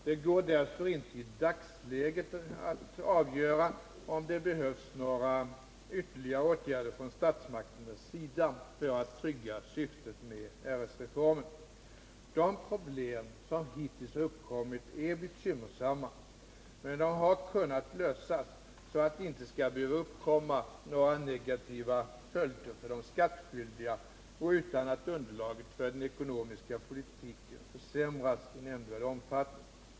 Det går därför inte att i dagsläget avgöra om det behövs några ytterligare åtgärder från statsmakternas sida för att trygga syftet med RS-reformen. De problem som hittills har uppkommit är bekymmersamma, men de har kunnat lösas så att det inte skall behöva uppkomma några negativa följder för de skattskyldiga och utan att underlaget för den ekonomiska politiken försämras i nämnvärd omfattning.